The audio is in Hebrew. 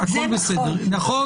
זה נכון.